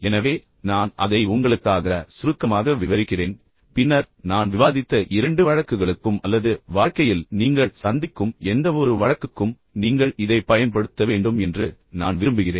எனவே நான் அதை உங்களுக்காக சுருக்கமாக விவரிக்கிறேன் பின்னர் நான் விவாதித்த இரண்டு வழக்குகளுக்கும் அல்லது வாழ்க்கையில் நீங்கள் சந்திக்கும் எந்தவொரு வழக்குக்கும் நீங்கள் இதைப் பயன்படுத்த வேண்டும் என்று நான் விரும்புகிறேன்